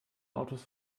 autos